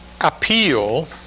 appeal